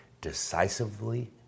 decisively